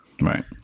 right